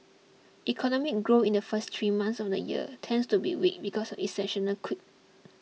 economic growth in the first three months of the year tends to be weak because of a seasonal quirk